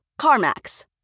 CarMax